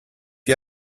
you